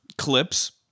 clips